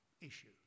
issue